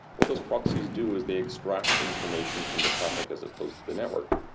what those proxies do is they extract information from the traffic as it close the network.